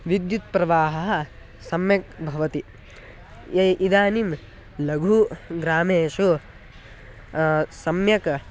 विद्युत्प्रवाहः सम्यक् भवति ये इदानीं लघु ग्रामेषु सम्यक्